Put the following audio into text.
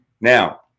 Now